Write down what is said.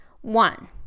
One